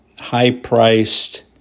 high-priced